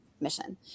mission